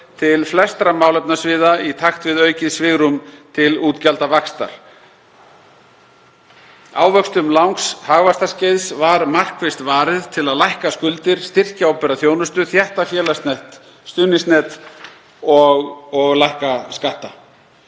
til flestra málefnasviða í takt við aukið svigrúm til útgjaldavaxtar. Ávöxtun langs hagvaxtarskeiðs var markvisst varið til að lækka skuldir, styrkja opinbera þjónustu, þétta félagslegt stuðningsnet og lækka skatta.